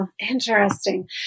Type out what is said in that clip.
interesting